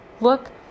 look